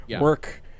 work